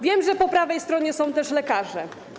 Wiem, że po prawej stronie są też lekarze.